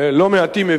לא מעטים,